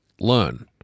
learn